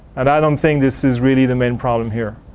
and i don't think this is really the main problem here.